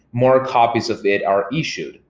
more copies of it are issued.